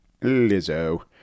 Lizzo